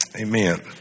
amen